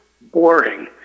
boring